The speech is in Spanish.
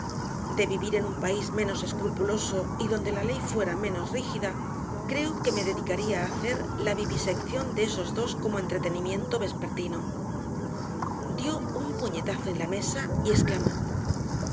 en un país menos escrupuloso y donde la ley fuera menos rígida creo que me dedicaría a hacer la vivisección de esos dos como entretenimiento vespertino dio un puñetazo en la mesa y exclamó